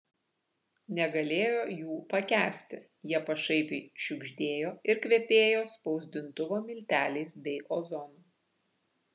negalėjo jų pakęsti jie pašaipiai šiugždėjo ir kvepėjo spausdintuvo milteliais bei ozonu